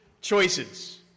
choices